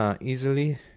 Easily